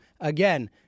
again